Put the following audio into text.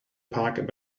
park